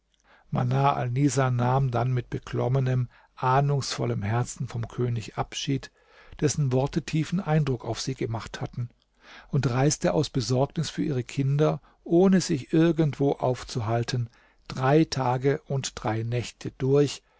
alnisa nahm dann mit beklommenem ahnungsvollem herzen vom könig abschied dessen worte tiefen eindruck auf sie gemacht hatten und reiste aus besorgnis für ihre kinder ohne sich irgendwo aufzuhalten drei tage und drei nächte durch